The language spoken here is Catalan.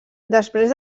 després